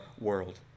world